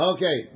Okay